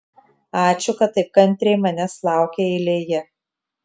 ačiū kad taip kantriai manęs laukei eilėje